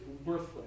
Worthless